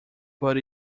but